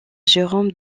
jérôme